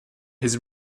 his